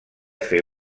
fer